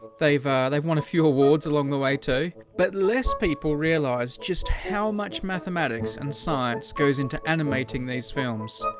they've, they've won a few awards along the way, too. but less people realize just how much mathematics and science goes into animating these films.